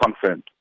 confirmed